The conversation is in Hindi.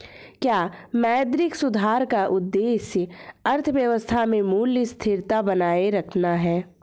क्या मौद्रिक सुधार का उद्देश्य अर्थव्यवस्था में मूल्य स्थिरता बनाए रखना है?